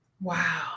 Wow